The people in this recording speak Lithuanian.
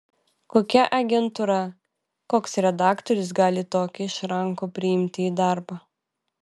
kokia agentūra koks redaktorius gali tokį išrankų priimti į darbą